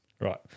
Right